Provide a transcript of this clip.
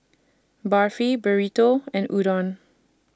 Barfi Burrito and Udon